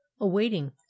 awaiting